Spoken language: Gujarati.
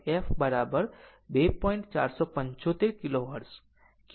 475 કિલો હર્ટ્ઝ કિલો હર્ટ્ઝ મેળવીશું